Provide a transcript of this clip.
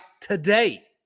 today